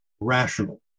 rational